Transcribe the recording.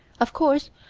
of course,